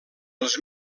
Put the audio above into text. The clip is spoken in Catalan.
els